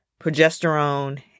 progesterone